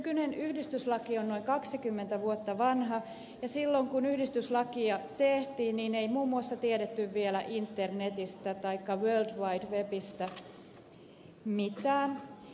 nykyinen yhdistyslaki on noin kaksikymmentä vuotta vanha ja silloin kun yhdistyslakia tehtiin ei tiedetty vielä muun muassa internetistä taikka world wide webistä mitään